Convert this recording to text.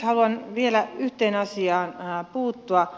haluan vielä yhteen asiaan puuttua